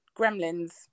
Gremlins